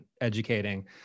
educating